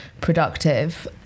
productive